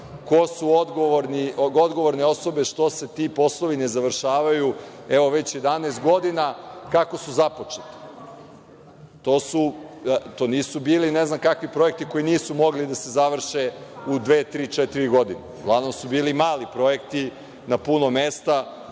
ko su odgovorne osobe što se ti poslovi ne završavaju, evo već 11 godina kako su započeti. To nisu bili ne znam kakvi projekti koji nisu mogli da se završe u dve, tri, četiri godine. Uglavnom su bili mali projekti na puno mesta.